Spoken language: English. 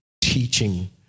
teaching